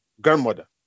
grandmother